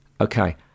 Okay